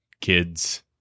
kids